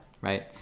right